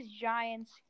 Giants